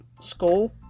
school